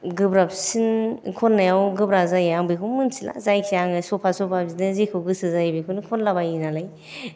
गोब्राबसिन खननायाव गोरा जायो आं बेखौबो मिनथिया जायखिजाया आङो सफा सफा बिदिनो जेखौ गोसो जायो बेखौनो खनलाबायो नालाय